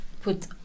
put